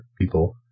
people